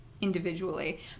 individually